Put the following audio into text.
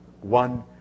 one